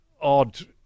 odd